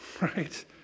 right